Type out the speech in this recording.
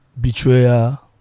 Betrayal